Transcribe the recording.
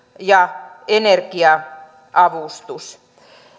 ja energia avustus